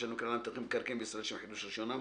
לשלם כלל המתווכים במקרקעין בישראל לשם חידוש רשיונם,